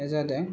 जादों